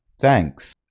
thanks